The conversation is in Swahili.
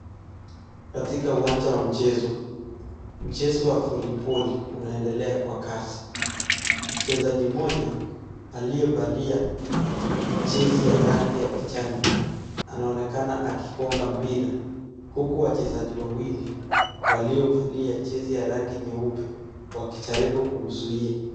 Katika uwanja wa mchezo, mchezo wa voliboli unaendelea kwa kasi. Mchezaji mmoja aliyevalia jezi ya rangi ya kijani anaonekana akigonga mpira huku wachezaji wawili waliovalia jezi ya rangi nyeupe wakijaribu kumzuia.